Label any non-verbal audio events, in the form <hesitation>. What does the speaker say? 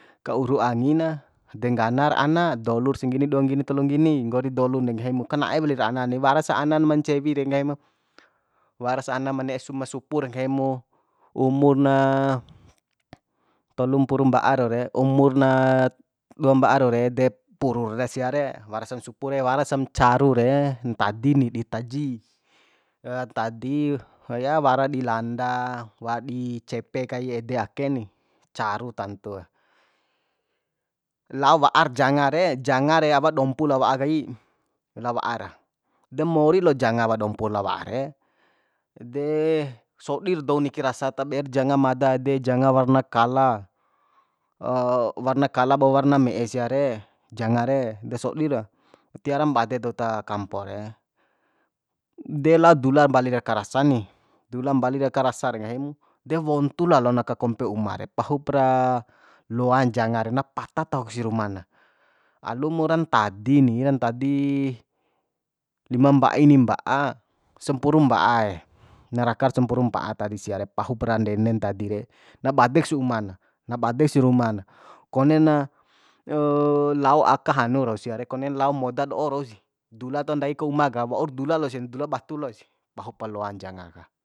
Ka uru angi na de ngganar ana dolur sanggini dua nggini tolu nggini nggori delu de nggahimu ka na'e lir anan de waras anan ma cewi re nggahimu waras ana ma ne'e <hesitation> ma supu re nggahi mu umu na tolumpuru mba'a rau re umur na dua mba'a rau de purur sia re wara sam supu re warasam caru re ntadir ni di taji <hesitation> ntadi ku ya wara di landa wara di cepe kai ede ake ni caru tantue lao wa'ar janga re janga re awa dompu lao wa'a kai lao wa'a ra demori lo janga awa dompur lao wa'a re de sodir dou niki rasa taber janga mada de janga warna kala <hesitation> warna kalo bo warna me'e sia re janga re de sodi ra tiaram bade dou ta kampo re <hesitation> der lao dula mbalir aka rasa ni dula mbalir aka rasa de nggahi mu de wontu lalon aka kompe uma re pahupara loan janga re na pata tahok si ruma na alumu ran ntadi ni ra ntadi lima mba'a ini mba'a sampurum ba'aee na rakar sampuru mba'a ntadi sia re pahup ra ndede ntadi re na badek si uma na na badek si ruma na konena <hesitation> lao aka hanu rau sia re konen lao moda do'o rau si dula taho ndai ka uma ka waur dula lo sih ndula batu lo sih pahup loan janga ka